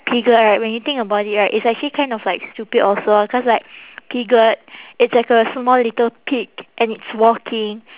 piglet right when you think about it right it's actually kind of like stupid also ah cause like piglet it's like a small little pig and it's walking